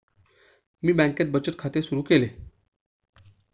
मी बँकेत बचत खाते सुरु केले